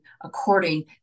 according